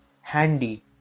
handy